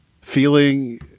feeling